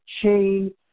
chain